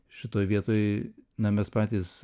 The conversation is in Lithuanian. šitoj vietoj na mes patys